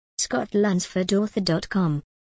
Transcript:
scottlunsfordauthor.com